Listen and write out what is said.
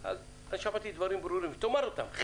שמעתי דברים ברורים תאמר אותם.